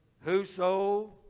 Whoso